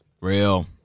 Real